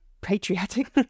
patriotic